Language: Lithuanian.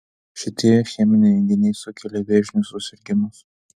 šitie cheminiai junginiai sukelia vėžinius susirgimus